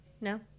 No